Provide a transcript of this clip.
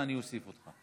תודה רבה.